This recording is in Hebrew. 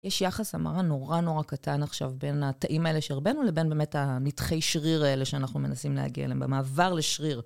יש יחס, המרה, נורא נורא קטן עכשיו בין התאים האלה שהרבנו לבין באמת הנתחי שריר האלה שאנחנו מנסים להגיע אליהם, המעבר לשריר.